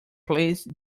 please